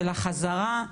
של החזרה.